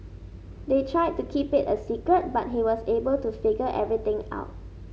they tried to keep it a secret but he was able to figure everything out